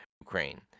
Ukraine